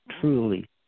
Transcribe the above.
truly